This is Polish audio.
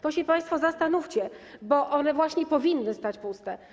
To się państwo zastanówcie, bo one właśnie powinny stać puste.